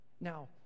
Now